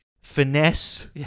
finesse